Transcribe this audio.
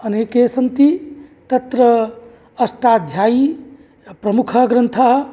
अनेके सन्ति तत्र अष्टाध्यायी प्रमुखः ग्रन्थः